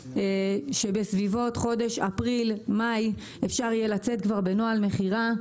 שבסביבות חודש אפריל-מאי אפשר יהיה לצאת בנוהל מכירה.